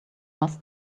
must